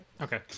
Okay